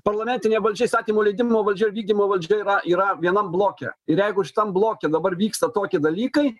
parlamentinė valdžia įstatymų leidimo valdžia ir vykdymo valdžia yra yra vienam bloke ir jeigu šitam bloke dabar vyksta tokie dalykai